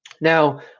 Now